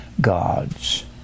gods